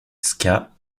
ska